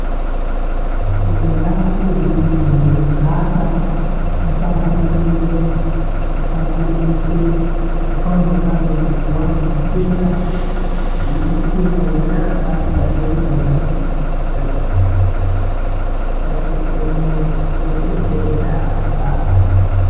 Tegenda aha kucheza mimea miele ikaata. Napanga madiulole, napanga majikee, kaikaa hundekaa na wajukuu wangu tacheza. Kabinda kucheza wenye aha, basi kasingeuza uta- uta- utakeko mywe, huo ni mchezo ni dawa wakaacha.